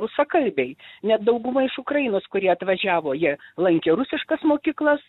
rusakalbiai net dauguma iš ukrainos kurie atvažiavo jie lankė rusiškas mokyklas